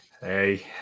Hey